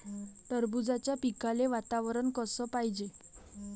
टरबूजाच्या पिकाले वातावरन कस पायजे?